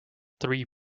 three